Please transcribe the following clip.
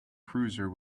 cruiser